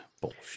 Bullshit